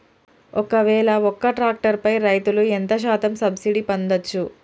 ఒక్కవేల ఒక్క ట్రాక్టర్ పై రైతులు ఎంత శాతం సబ్సిడీ పొందచ్చు?